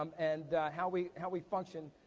um and how we how we function.